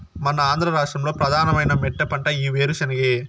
మన ఆంధ్ర రాష్ట్రంలో ప్రధానమైన మెట్టపంట ఈ ఏరుశెనగే